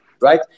right